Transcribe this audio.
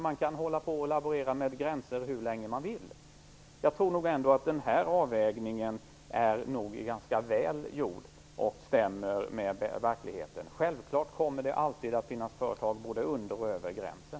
Man kan laborera med gränser hur länge man vill. Jag tror ändå att den här avvägningen är ganska väl gjord och stämmer med verkligheten. Det kommer självfallet alltid att finnas företag både under och över gränsen.